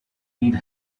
need